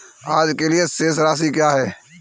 आज के लिए शेष राशि क्या है?